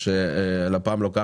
שלפ"ם לוקחת.